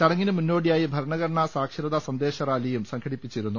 ചടങ്ങിന് മുന്നോടിയായി ഭരണഘടനാ സാക്ഷരതാ സന്ദേശ റാലിയും സംഘടിപ്പിച്ചിരുന്നു